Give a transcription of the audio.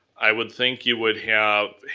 i would think you would have,